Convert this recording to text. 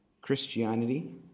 Christianity